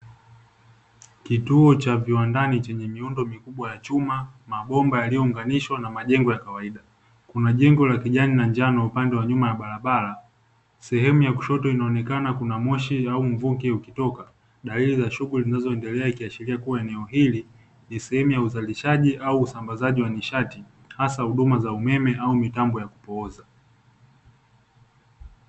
Kituo cha viwandani chenye miundo mikubwa ya chuma, mabomba yaliyounganishwa na majengo ya kawaida. Kuna jengo la kijani na njano, upande wa nyuma ya barabara. Sehemu ya kushoto inaonekana kuna moshi au mvuke ukitoka. Dalili za shughuli zinazoendelea, ikiashiria kuwa eneo hili ni sehemu ya uzalishaji au usambazaji wa nishati, hasa huduma za umeme au mitambo ya kupooza.